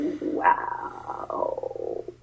wow